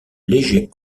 léger